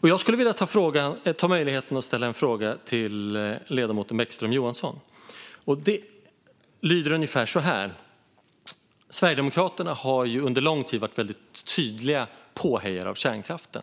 Jag skulle vilja ta möjligheten att ställa en fråga till ledamoten Bäckström Johansson. Sverigedemokraterna har under lång tid varit väldigt tydliga påhejare för kärnkraften.